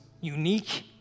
unique